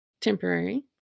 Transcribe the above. temporary